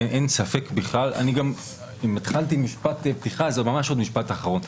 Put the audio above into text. אני התחלת עם פתיחה, אז ממש עוד משפט אחרון.